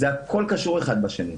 זה הכל קשור אחד בשני.